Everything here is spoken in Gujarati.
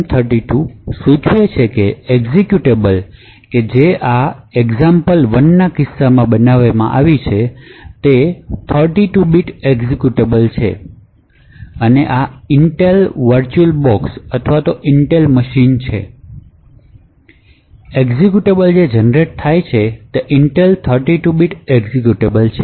M32 સૂચવે છે કે એક્ઝિક્યુટેબલ કે જે આ example1ના કિસ્સામાં બનાવવામાં આવી છે તે 32 બીટ એક્ઝિક્યુટેબલ છે અને આ Intel વર્ચ્યુઅલ બોક્સ અથવા Intel મશીન છે એક્ઝેક્યુટેબલ જે જનરેટ થાય છે તે Intel 32 બીટ એક્ઝેક્યુટેબલ છે